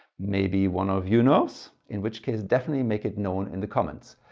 maybe one of you knows in which case definitely make it known in the comments.